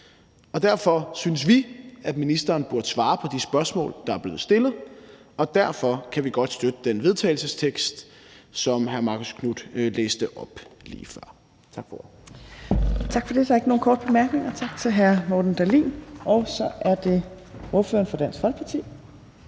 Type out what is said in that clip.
Derfor synes vi, at ministeren burde svare på de spørgsmål, der er blevet stillet, og derfor kan vi godt støtte den vedtagelsestekst, som hr. Marcus Knuth læste op lige før. Tak for ordet. Kl. 15:05 Tredje næstformand (Trine Torp): Tak for det. Der er ikke nogen korte bemærkninger. Tak til hr. Morten Dahlin. Og så er det ordføreren for Dansk Folkeparti.